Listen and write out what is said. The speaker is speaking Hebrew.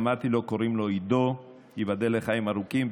אמרתי לו: קוראים לו עידו, ייבדל לחיים ארוכים.